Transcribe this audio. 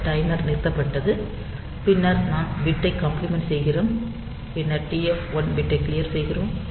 இந்த டைமர் நிறுத்தப்பட்டது பின்னர் நாம் பிட்டைக் காம்ப்ளிமெண்ட் செய்கிறோம் பின்னர் TF 1 பிட்டை க்ளியர் செய்கிறோம்